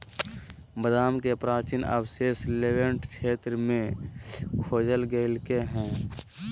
बादाम के प्राचीन अवशेष लेवेंट क्षेत्र में खोजल गैल्के हइ